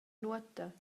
nuota